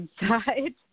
inside